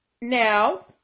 Now